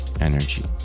energy